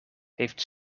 heeft